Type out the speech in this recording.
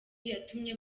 yatumye